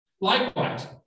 Likewise